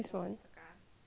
!huh! really ah